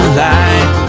light